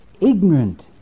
ignorant